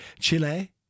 Chile